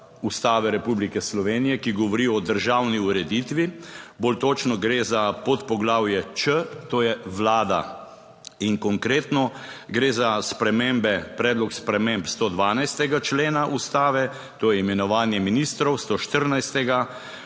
Ustave Republike Slovenije, ki govori o državni ureditvi, bolj točno, gre za podpoglavje Č, to je Vlada. In konkretno, gre za spremembe, predlog sprememb 112. člena Ustave, to je imenovanje ministrov, 114.